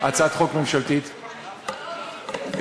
הצעת חוק ממשלתית רחבה,